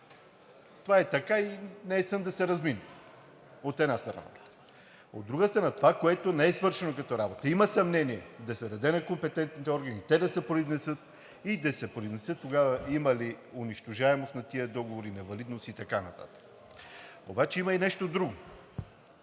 това е така, и наесен да се размине, от една страна. От друга страна, това, което не е свършено като работа, има съмнение, да се даде на компетентните органи, те да се произнесат и да се произнесат, тогава има ли унищожаемост на тези договори, невалидност и така нататък. Обаче има и нещо друго.